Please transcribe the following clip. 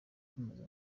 tumaze